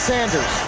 Sanders